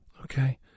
Okay